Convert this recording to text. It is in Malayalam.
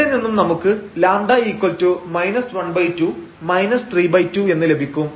ഇവിടെ നിന്നും നമുക്ക് λ 12 32 എന്ന് ലഭിക്കും